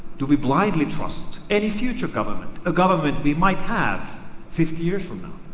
do we blindly trust, any future government, a government we might have fifty years from now?